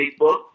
Facebook